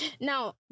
now